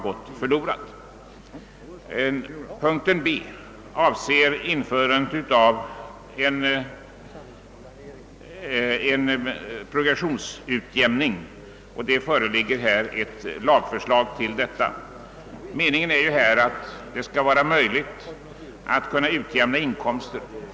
I reservationen B yrkas införande av rätt till progressionsutjämning. Till de motioner som ligger bakom den reservationen har fogats ett förslag till lag härom. Avsikten är att det skall bli möjligt att utjämna inkomsterna.